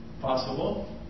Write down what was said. possible